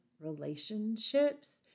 relationships